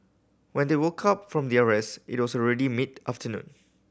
when they woke up from their rest it was already mid afternoon